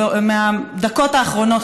מהדקות האחרונות,